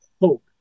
hope